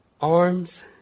arms